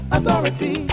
Authority